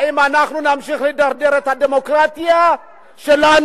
האם אנחנו נמשיך לדרדר את הדמוקרטיה שלנו.